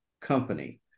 company